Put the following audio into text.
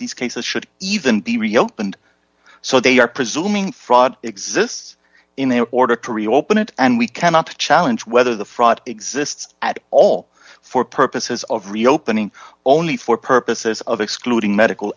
these cases should even be reopened so they are presuming fraud exists in their order to reopen it and we cannot challenge whether the fraud exists at all for purposes of reopening only for purposes of excluding medical